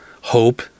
Hope